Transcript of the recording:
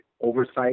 oversight